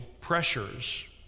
pressures